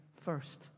first